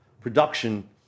production